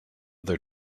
their